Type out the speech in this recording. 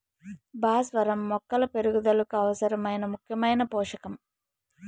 భాస్వరం మొక్కల పెరుగుదలకు అవసరమైన ముఖ్యమైన పోషకం